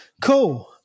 cool